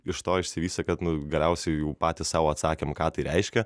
iš to išsivystė kad nu galiausiai patys sau atsakėm ką tai reiškia